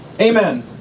Amen